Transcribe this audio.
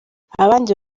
abandi